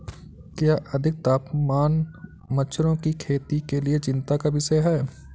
क्या अधिक तापमान मगरमच्छों की खेती के लिए चिंता का विषय है?